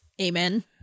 amen